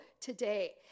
today